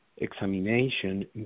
examination